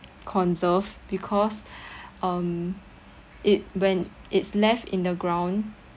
conserved because um it when it's left in the ground